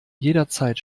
jederzeit